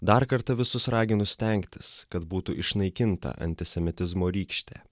dar kartą visus raginu stengtis kad būtų išnaikinta antisemitizmo rykštė